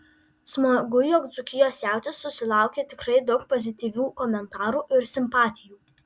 smagu jog dzūkijos jautis susilaukė tikrai daug pozityvių komentarų ir simpatijų